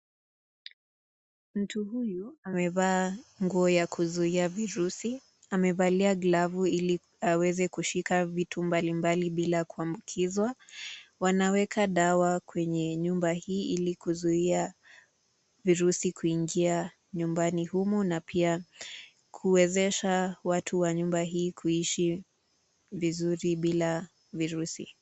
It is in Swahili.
Mtu huyu amevaa nguo ya kuzuia virusi amevalia glavu ili aweze kushika vitu mbalimbali bila kuambukizwa. Wanaweka dawa kwenye nyumba hii ili kuzuia virusi kuingia nyumbani humu na pia kuwezesha watu wa nyumba hii kuishi vizuri bila virusi.